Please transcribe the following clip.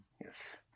Yes